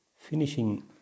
finishing